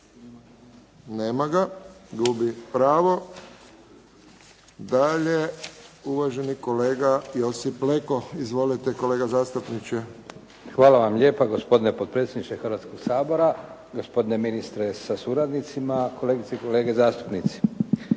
Nema ga. Gubi pravo. Dalje, uvaženi kolega Josip Leko. Izvolite kolega zastupniče. **Leko, Josip (SDP)** Hvala vam lijepa gospodine potpredsjedniče Hrvatskoga sabora, gospodine ministre sa suradnicima, kolegice i kolege zastupnici.